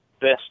best